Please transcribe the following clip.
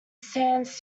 stands